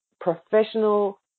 professional